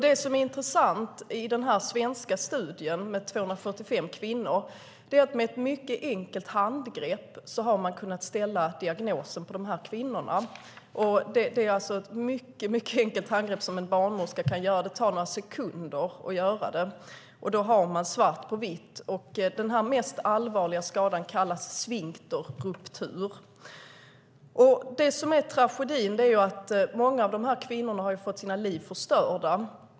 Det som är intressant i den svenska studien med 245 kvinnor är att man med ett mycket enkelt handgrepp har kunnat ställa diagnosen på de här kvinnorna. Det är alltså ett mycket enkelt handgrepp som en barnmorska kan göra. Det tar några sekunder, och då har man svart på vitt. Den mest allvarliga skadan kallas sfinkterruptur. Det som är tragedin är att många av de här kvinnorna har fått sina liv förstörda.